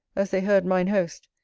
as they heard mine host,